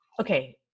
okay